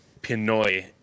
Pinoy